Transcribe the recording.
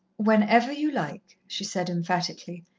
whenever you like, she said emphatically,